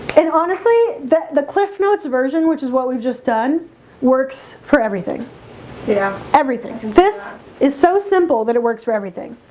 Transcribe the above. and honestly the the cliff notes version which is what we've just done works for everything you know everything this is so simple that it works for everything